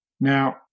Now